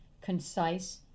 concise